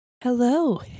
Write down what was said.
Hello